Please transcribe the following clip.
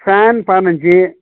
fan பதினஞ்சு